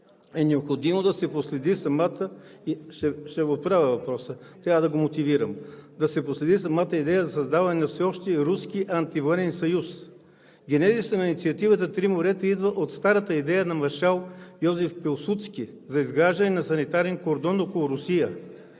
е необходимо да се проследи самата идея за създаване на всеобщия руски антивоенен съюз. Генезисът на инициативата „Три морета“ идва от старата идея на маршал Йозеф Пилсудски за изграждане на санитарен кордон около Русия.